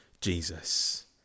Jesus